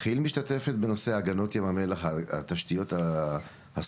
כיל משתתפת בנושא הגנות ים המלח התשתיות הסובבות,